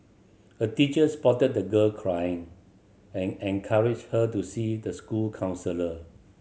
a teacher spotted the girl crying and encouraged her to see the school counsellor